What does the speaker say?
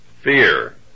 fear